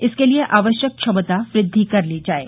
इसके लिये आवश्यक क्षमता वृद्धि कर ली जाये